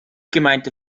gemeinte